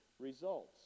results